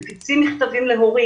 מפיצים מכתבים להורים